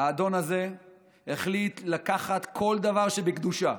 האדון הזה החליט לקחת כל דבר שבקדושה,